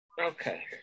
Okay